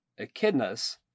echidnas